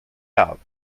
out